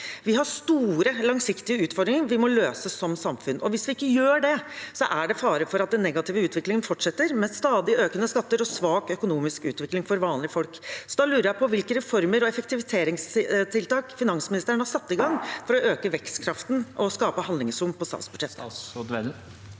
Vi har store, langsiktige utfordringer vi må løse som samfunn. Hvis vi ikke gjør det, er det fare for at den negative utviklingen fortsetter, med stadig økende skatter og svak økonomisk utvikling for vanlige folk. Jeg lurer på hvilke reformer og effektiviseringstiltak finansministeren har satt i gang for å øke vekstkraften og skape handlingsrom på statsbudsjettet.